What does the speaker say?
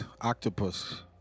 Octopus